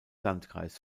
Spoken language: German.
landkreis